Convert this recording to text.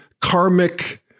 karmic